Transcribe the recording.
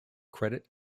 credit